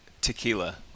tequila